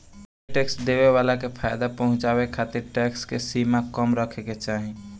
ढेरे टैक्स देवे वाला के फायदा पहुचावे खातिर टैक्स के सीमा कम रखे के चाहीं